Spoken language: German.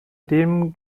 dem